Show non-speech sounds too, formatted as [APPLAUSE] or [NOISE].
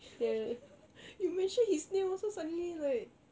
[LAUGHS] you mention his name also suddenly like